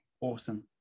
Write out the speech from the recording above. Awesome